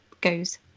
goes